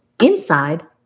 inside